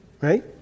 right